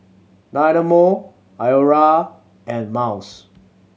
Dynamo Iora and Miles